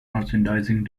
merchandising